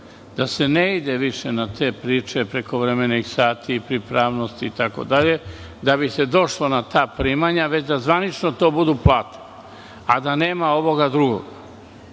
da se ne ide više na te priče preko prekovremenih sati, pripravnosti itd. da bi se došlo na ta primanja, već da zvanično to budu plate, a da nema ovog drugog,